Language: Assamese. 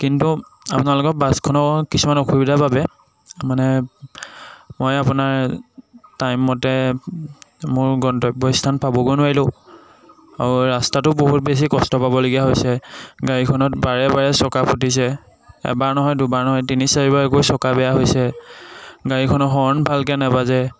কিন্তু আপোনালোকৰ বাছখনৰ কিছুমান অসুবিধাৰ বাবে মানে মই আপোনাৰ টইমমতে মোৰ গন্তব্যস্থান পাবগৈ নোৱাৰিলোঁ আৰু ৰাস্তাটো বহুত বেছি কষ্ট পাবলগীয়া হৈছে গাড়ীখনত বাৰে বাৰে চকা ফুটিছে এবাৰ নহয় দুবাৰ নহয় তিনি চাৰিবাৰকৈ চকা বেয়া হৈছে গাড়ীখনৰ হৰ্ণ ভালকৈ নাবাজে